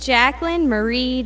jacqueline marie